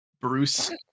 Bruce